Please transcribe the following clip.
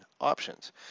options